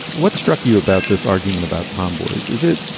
what struck you about this argument about tomboys? is it?